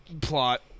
plot